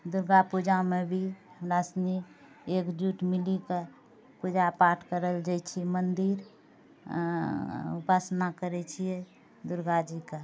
दुर्गा पूजामे भी हमरा सनि एकजुट मिलिके पूजा पाठ करैलए जाइ छिए मन्दिर उपासना करै छिए दुर्गाजीके